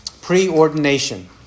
preordination